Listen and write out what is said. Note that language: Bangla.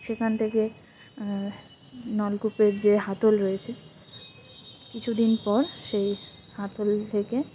সেখান থেকে নলকূপের যে হাতল রয়েছে কিছু দিন পর সেই হাতল থেকে